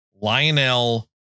Lionel